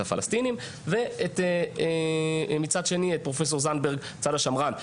הפלסטינים ואת פרופ' זנדברג מן הצד השמרן.